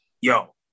Yo